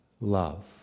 love